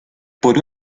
por